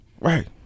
Right